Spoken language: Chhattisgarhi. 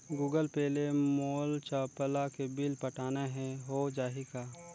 गूगल पे ले मोल चपला के बिल पटाना हे, हो जाही का?